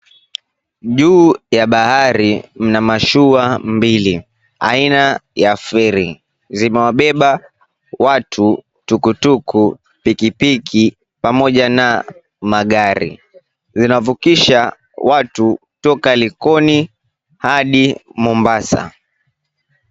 Juu ya bahari mna mashua mbili aina ya feri. Zimewabeba watu, tukutuku, pikipiki, pamoja na magari. Zinavukisha watu kutoka Likoni hadi Mombasa.